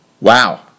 Wow